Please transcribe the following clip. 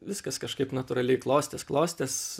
viskas kažkaip natūraliai klostės klostės